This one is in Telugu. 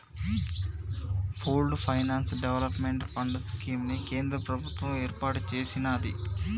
pooled finance development fund scheme ని కేంద్ర ప్రభుత్వం ఏర్పాటు చేసినాది